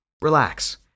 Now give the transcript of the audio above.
Relax